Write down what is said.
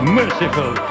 merciful